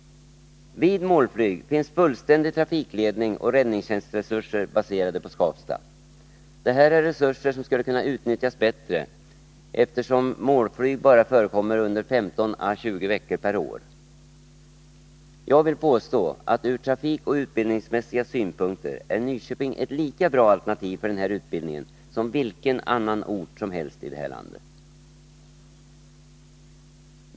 Vid målflyg finns fullständig trafikledning och räddningstjänstresurser baserade på Skavsta. Det här är resurser som skulle kunna utnyttjas bättre, eftersom målflyg bara förekommer under 15 å 20 veckor per år. Jag vill påstå att ur trafikoch utbildningsmässiga synpunkter är Nyköping ett lika bra alternativ för den här utbildningen som vilken annan ort som helst i det här landet.